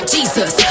Jesus